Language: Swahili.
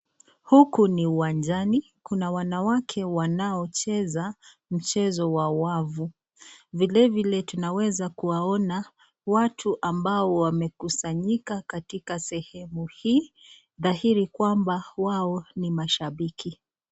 Huku ni uwanjani. Kuna wanawake wanaocheza mchezo wa wavu. Vile vile tunaweza kuwaona watu ambao wamekusanyika katika sehemu hii, dhairi kwamba wao ni mashambiki.